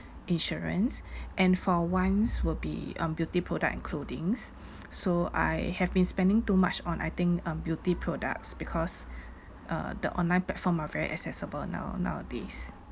insurance and for wants will be um beauty product and clothings so I have been spending too much on I think um beauty products because uh the online platform are very accessible now nowadays